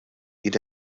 jien